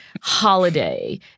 holiday